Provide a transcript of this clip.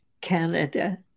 Canada